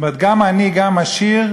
זאת אומרת, גם עני, גם עשיר,